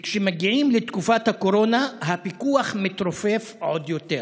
כשמגיעים לתקופת הקורונה הפיקוח מתרופף עוד יותר.